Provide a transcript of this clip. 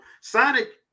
sonic